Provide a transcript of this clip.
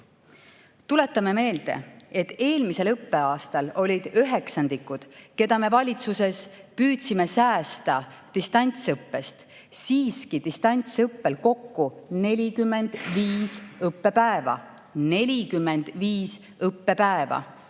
Tuletame meelde, et eelmisel õppeaastal olid üheksandikud, keda me valitsuses püüdsime säästa distantsõppest, siiski distantsõppel kokku 45 õppepäeva. 45 õppepäeva!